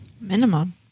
minimum